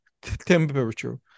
temperature